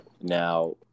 Now